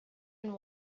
and